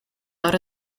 out